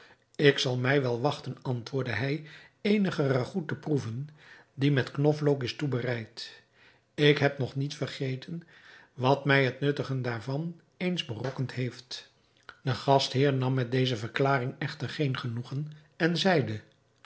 ik zal mij wel wachten antwoordde hij eenige ragout te proeven die met knoflook is toebereid ik heb nog niet vergeten wat mij het nuttigen daarvan eens berokkend heeft de gastheer nam met deze verklaring echter geen genoegen en zeide